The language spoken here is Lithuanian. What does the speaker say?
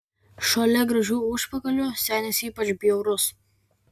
šalia gražių užpakalių senis ypač bjaurus